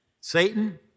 Satan